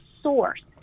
source